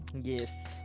Yes